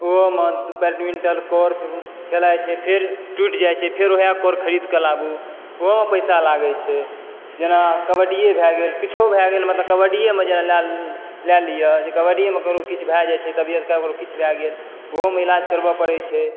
ओहो मे badminton cork खेलाइ छै फेर टुटि जाइ छै फेर वएह कॉर्क ख़रीद के लाबू ओहो मे पैसा लागै छै जेना कबड्डीए भए गेल या किछो भए गेल मतलब कबड्डीए मे जेना लए लीअ जे कबड्डीए मे केकरो किछु भए जाइ छै तबियत ख़राब आर किछु भए गेल ओहो मे इलाज करबऽ परै छै